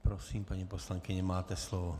Prosím, paní poslankyně, máte slovo.